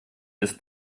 ist